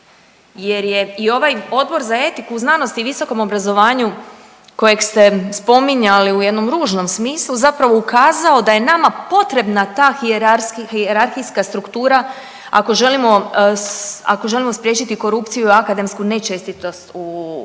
jer je i ovaj Odbor za etiku u znanosti i visokom obrazovanju kojeg ste spominjali u jednom ružnom smislu zapravo ukazao da je nama potrebna ta hijerarhijska struktura ako želimo spriječiti korupciju akademsku ne čestitost u